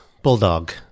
Bulldog